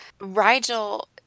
Rigel